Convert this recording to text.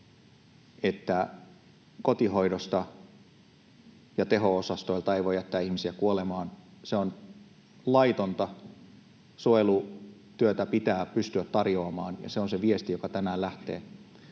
että kotihoidosta ja teho-osastoilta ei voi jättää ihmisiä kuolemaan — se on laitonta, suojelutyötä pitää pystyä tarjoamaan, ja se on se viesti, joka tänään lähtee.